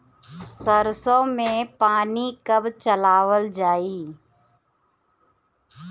सरसो में पानी कब चलावल जाई?